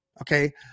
Okay